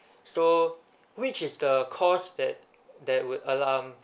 so which is the course that that would um